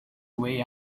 way